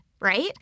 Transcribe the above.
right